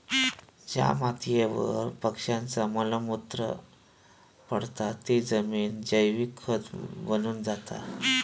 ज्या मातीयेवर पक्ष्यांचा मल मूत्र पडता ती जमिन जैविक खत बनून जाता